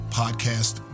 podcast